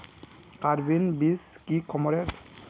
Carbine बीस की कमेर?